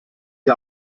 die